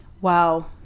Wow